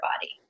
body